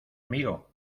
amigo